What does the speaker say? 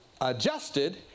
adjusted